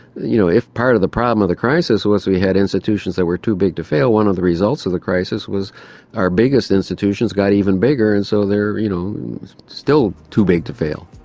you know if part of the problem of the crisis was we had institutions that were too big to fail, one of the results of the crisis was our biggest institutions got even bigger, and so they are you know still too big to fail.